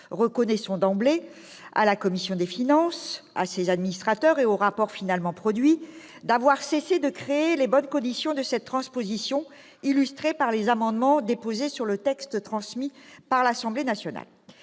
Reconnaissons d'emblée à la commission des finances, à ses administrateurs et au rapport finalement produit, d'avoir créé de bonnes conditions de cette transposition, illustrées par les amendements déposés sur le texte transmis par l'Assemblée nationale.